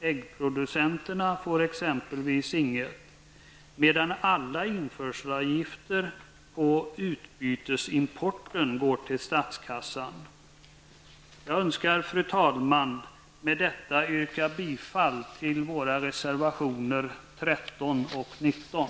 Äggproducenterna får exempelvis inget, medan alla införsavgifter på utbytesimporten går till statskassan. Fru talman! Med detta önskar jag yrka bifall till våra reservationer 13 och 19.